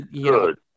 Good